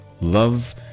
love